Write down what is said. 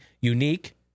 Unique